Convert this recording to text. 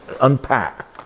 unpack